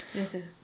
you rasa